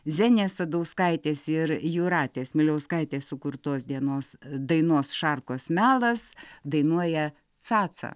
zenės sadauskaitės ir jūratės miliauskaitės sukurtos dienos dainos šarkos melas dainuoja caca